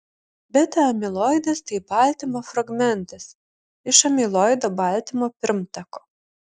beta amiloidas tai baltymo fragmentas iš amiloido baltymo pirmtako